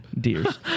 deers